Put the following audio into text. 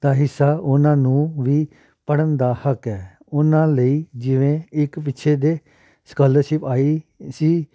ਦਾ ਹਿੱਸਾ ਉਹਨਾਂ ਨੂੰ ਵੀ ਪੜ੍ਹਨ ਦਾ ਹੱਕ ਹੈ ਉਹਨਾਂ ਲਈ ਜਿਵੇਂ ਇੱਕ ਪਿੱਛੇ ਜੇ ਸਕਾਲਰਸ਼ਿਪ ਆਈ ਸੀ